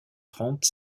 trente